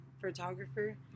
photographer